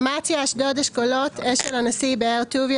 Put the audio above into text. אמציה אשדוד אשכולות אשל הנשיא באר טוביה